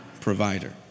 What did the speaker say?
provider